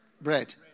Bread